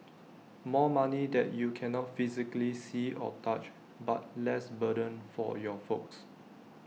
more money that you cannot physically see or touch but less burden for your folks